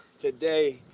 today